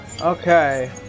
Okay